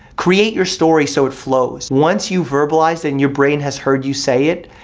create your story so it flows. once you verbalize and your brain has heard you say it,